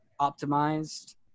optimized